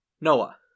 Noah